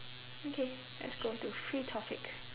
okay let's go to free topic